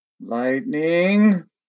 Lightning